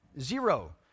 zero